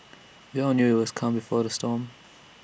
we all knew IT was the calm before the storm